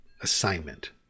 assignment